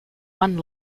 one